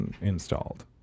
installed